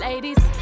Ladies